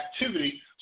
activity